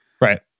Right